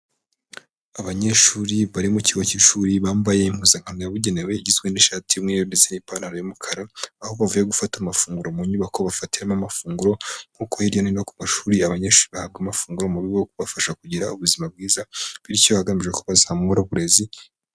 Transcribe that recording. Abanyeshuri bari mu kigo cy'ishuri bambaye impuzankano yabugenewe igizwe n'ishati y'umweru n'ipantaro y'umukara. Aho bavuye gufata amafunguro mu nyubako bafatiramo amafunguro nk'uko hirya no hino ku mashuri abanyeshuri bahabwa amafunguro mu bigo kubafasha kugira ubuzima bwiza. Bityo agamije ko bazamura uburezi.